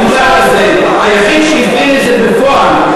היחיד שהפעיל את זה בפועל,